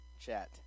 chat